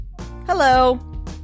Hello